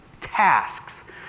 tasks